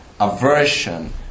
aversion